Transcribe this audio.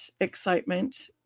excitement